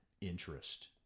interest